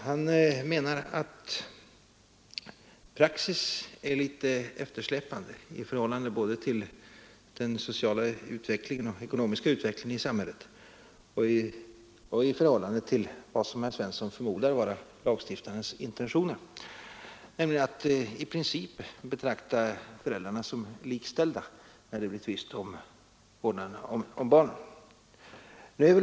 Han menar att praxis är litet eftersläpande i förhållande till den sociala och ekonomiska utvecklingen i samhället och i förhållande till vad som herr Svensson förmodar vara lagstiftarnas intentioner, nämligen att i princip betrakta föräldrarna som likställda när det blir tvist om vårdnaden av barnen.